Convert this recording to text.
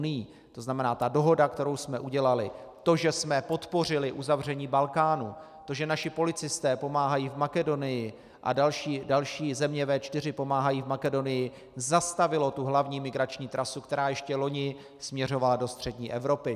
To znamená, ta dohoda, kterou jsme udělali, to, že jsme podpořili uzavření Balkánu, to, že naši policisté pomáhají v Makedonii a další země V4 pomáhají v Makedonii, zastavilo tu hlavní migrační trasu, která ještě loni směřovala do střední Evropy.